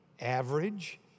average